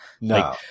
No